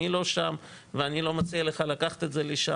אני לא שם, ואני לא מציע לך לקחת את זה לשם.